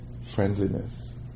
friendliness